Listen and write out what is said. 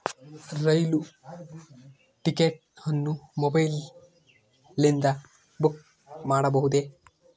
ರೈಲು ticket ಅನ್ನು ಮೊಬೈಲಿಂದ book ಮಾಡಬಹುದೆ?